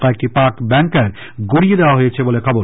কয়েকটি পাক ব্যাঙ্কার গুড়িয়ে দেওয়া হয়েছে বলে খবর